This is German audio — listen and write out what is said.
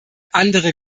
andere